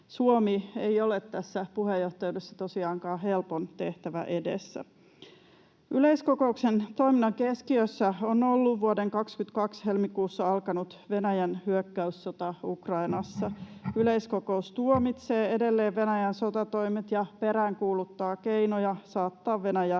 Suomi ei ole tässä puheenjohtajuudessa tosiaankaan helpon tehtävän edessä. Yleiskokouksen toiminnan keskiössä on ollut vuoden 22 helmikuussa alkanut Venäjän hyökkäyssota Ukrainassa. Yleiskokous tuomitsee edelleen Venäjän sotatoimet ja peräänkuuluttaa keinoja saattaa Venäjä